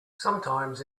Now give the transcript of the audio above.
sometimes